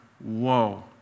whoa